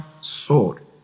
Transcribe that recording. sword